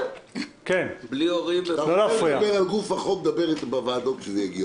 על גוף הצעת החוק נדבר כשזה יגיע